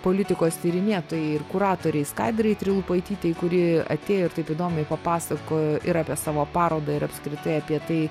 politikos tyrinėtojai ir kuratorei skaidrei trilupaitytei kuri atėjo ir taip įdomiai papasakojo ir apie savo parodą ir apskritai apie tai